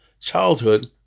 childhood